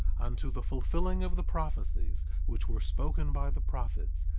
unto the fulfilling of the prophecies which were spoken by the prophets,